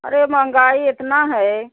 अरे महंगाई इतनी है